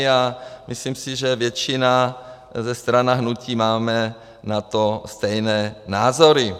A myslím si, že většina ze stran a hnutí máme na to stejné názory.